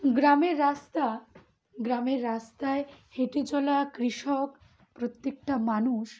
গ্রামের রাস্তা গ্রামের রাস্তায় হেঁটে চলা কৃষক প্রত্যেকটা মানুষ